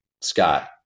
Scott